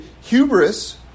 hubris